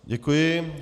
Děkuji.